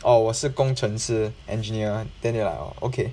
orh 我是工程师 engineer then they are like orh okay